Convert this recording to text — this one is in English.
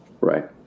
Right